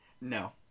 No